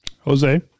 Jose